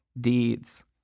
deeds